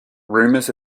rumours